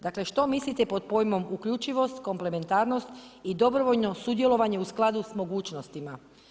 Dakle, što mislite pod pojmom uključenost, komplementarnost i dobrovoljno sudjelovanje u skladu sa mogućnostima.